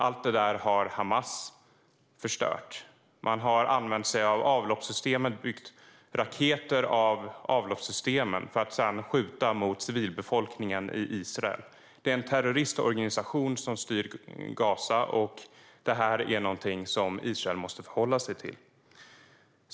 Allt detta har Hamas förstört. Man har använt sig av avloppssystemen och byggt raketer av dem för att sedan skjuta mot civilbefolkningen i Israel. Det är en terroristorganisation som styr Gaza, och detta är någonting som Israel måste förhålla sig till.